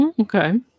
Okay